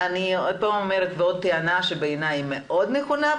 עוד טענה שבעיני היא מאוד נכונה,